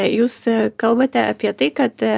jūs kalbate apie tai kad